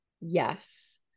yes